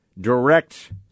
direct